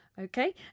Okay